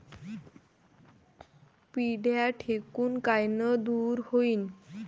पिढ्या ढेकूण कायनं दूर होईन?